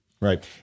Right